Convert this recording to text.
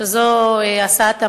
שזו הסעת המונים,